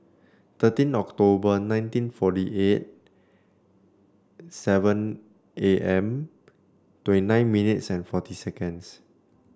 thirteen October nineteen forty eight seven A M twenty nine minutes and forty seconds